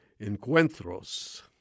Encuentros